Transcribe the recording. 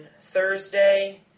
Thursday